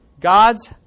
God's